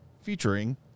featuring